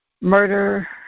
murder